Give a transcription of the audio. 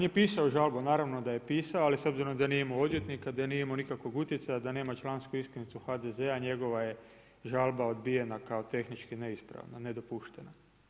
On je pisao žalbu, naravno da je pisao ali s obzirom da nije imao odvjetnika, da nije imao nikakvog utjecaja, da nema člansku iskaznicu HDZ-a, njegova je žalba odbijena kao tehnički neispravna, nedopuštena.